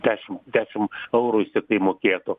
dešim dešim eurų jis tiktai mokėtų